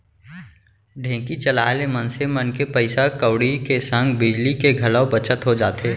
ढेंकी चलाए ले मनसे मन के पइसा कउड़ी के संग बिजली के घलौ बचत हो जाथे